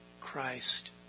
Christ